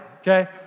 okay